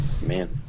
Man